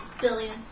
Billion